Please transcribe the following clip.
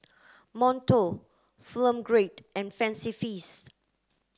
Monto Film Grade and Fancy Feast